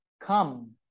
come